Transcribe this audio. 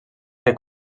que